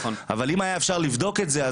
אבל אם היה אפשר לבדוק את זה,